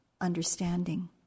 understanding